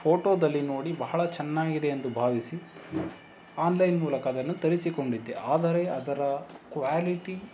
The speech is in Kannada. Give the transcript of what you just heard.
ಫೋಟೋದಲ್ಲಿ ನೋಡಿ ಬಹಳ ಚನ್ನಾಗಿದೆ ಎಂದು ಭಾವಿಸಿ ಆನ್ಲೈನ್ ಮೂಲಕ ಅದನ್ನು ತರಿಸಿಕೊಂಡಿದ್ದೆ ಆದರೆ ಅದರ ಕ್ವಾಲಿಟಿ